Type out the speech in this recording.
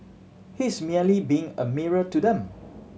he's merely being a mirror to them